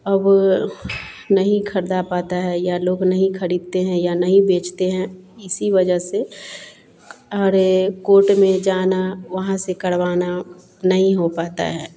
अब नहीं ख़रीद पाते हैं या लोग नहीं ख़रीदते हैं या नहीं बेचते हैं इसी वजह से अरे कोट में जाना वहाँ से करवाना नहीं हो पाता है